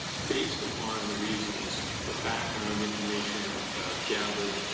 based upon the reasons the background information gathered,